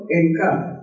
income